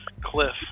cliff